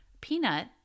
peanut